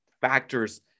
factors